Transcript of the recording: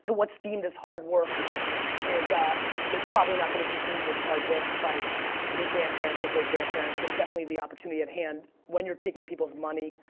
but what's deemed as hard work is ah is probably not gonna be deemed as hard work by your grandparents or great-grandparents, and definitely the opportunity at hand, when you're taking people's money.